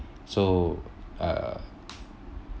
so uh